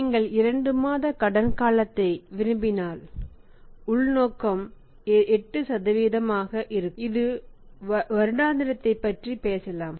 நீங்கள் 2 மாத கடன் காலத்தை விரும்பினால் உள்நோக்கம் 8 ஆக இருக்கும் மற்றும் வருடாந்திரத்தைப் பற்றி பேசலாம்